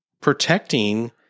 protecting